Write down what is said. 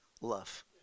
love